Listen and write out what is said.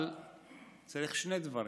אבל צריך שני דברים: